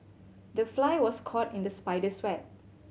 the fly was caught in the spider's web